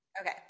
Okay